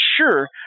sure